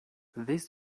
this